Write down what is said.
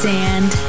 Sand